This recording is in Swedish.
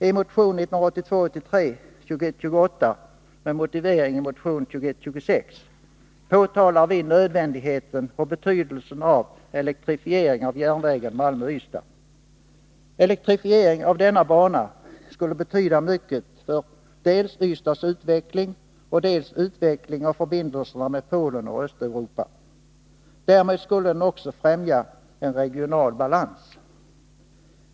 I motion 1982/83:2128 — med motivering i motion 2126 — påtalar vi nödvändigheten och betydelsen av elektrifiering av järnvägen Malmö-Ystad. Elektrifiering av denna bana skulle betyda mycket dels för Ystads utveckling, dels för utvecklingen av förbindelserna med Polen och Östeuropa. Därmed skulle den också främja en regional balans.